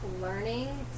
learning